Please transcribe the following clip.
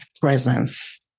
presence